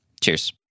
cheers